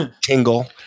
tingle